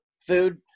food